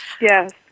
Yes